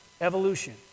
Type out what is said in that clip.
evolution